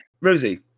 Rosie